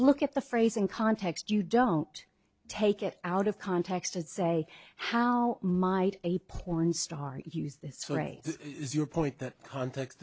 look at the phrase in context you don't take it out of context and say how might a pornstar use this phrase is your point that context